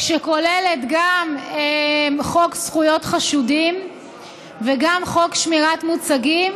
שכוללת גם חוק זכויות חשודים וגם חוק שמירת מוצגים